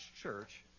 church